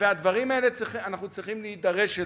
והדברים האלה, אנחנו צריכים להידרש אליהם.